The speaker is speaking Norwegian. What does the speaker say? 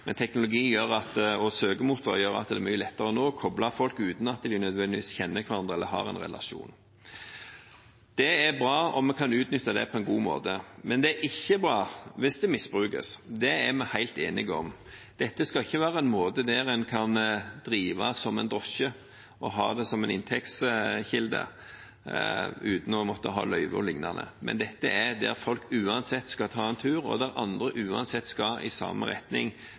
men teknologi og søkemotorer gjør at det nå er mye lettere å koble sammen folk uten at de nødvendigvis kjenner hverandre eller har en relasjon. Det er bra om vi kan utnytte det på en god måte, men det er ikke bra hvis det misbrukes. Det er vi helt enige om. Dette skal ikke være en måte å drive som drosje på og ha det som en inntektskilde uten å måtte ha løyve o.l. Dette gjelder når folk uansett skal ta seg en tur, og når andre uansett skal i samme retning,